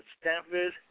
Stanford